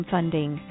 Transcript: Funding